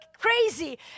crazy